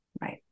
Right